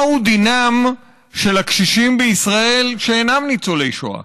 מהו דינם של הקשישים בישראל שאינם ניצולי שואה?